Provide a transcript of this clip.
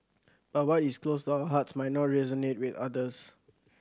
but what is close to our hearts might not resonate with others